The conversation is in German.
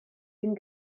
den